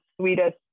sweetest